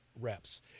reps